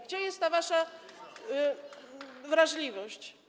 Gdzie jest ta wasza wrażliwość?